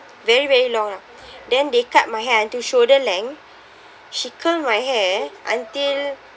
very very long lah then they cut my hair until shoulder length she curl my hair until